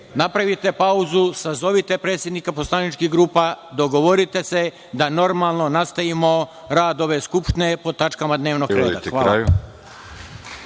napravite pauzu, sazovite predsednike poslaničkih grupa, dogovorite se da normalno nastavimo rad ove Skupštine po tačkama dnevnog reda. Hvala.